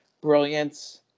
brilliance